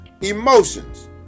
emotions